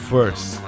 First